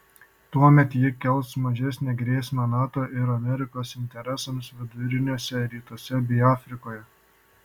tuomet ji kels mažesnę grėsmę nato ir amerikos interesams viduriniuose rytuose bei afrikoje